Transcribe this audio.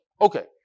Okay